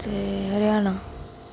ते हरियाणा